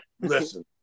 Listen